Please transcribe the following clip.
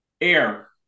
Air